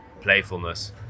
playfulness